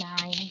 Nine